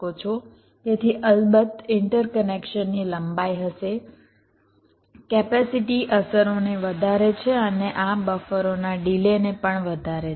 તેથી અલબત્ત ઇન્ટરકનેક્શનની લંબાઈ હશે કેપેસિટી અસરોને વધારે છે અને આ બફરોના ડિલેને પણ વધારે છે